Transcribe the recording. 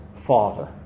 father